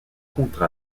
contre